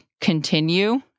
continue